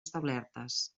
establertes